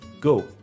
go